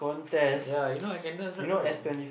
ya you know I can dance right bro